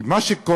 כי מה שקורה,